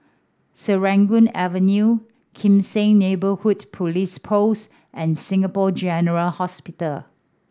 Serangoon Avenue Kim Seng Neighbourhood Police Post and Singapore General Hospital